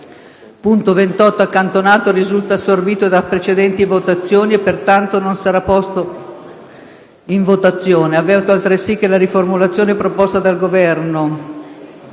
2.28, accantonato, risulta assorbito da precedenti votazioni e pertanto non sarà posto in votazione. Avverto altresì che la riformulazione proposta dal Governo